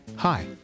Hi